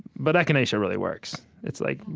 but echinacea really works. it's like,